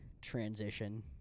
transition